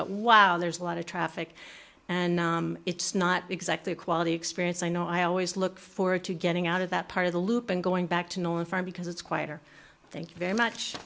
while there's a lot of traffic and it's not exactly a quality experience i know i always look forward to getting out of that part of the loop and going back to normal farm because it's quieter thank you very much